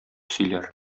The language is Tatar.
сөйләр